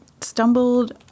stumbled